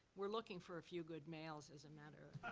we're looking for a few good males, as a matter